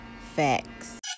Facts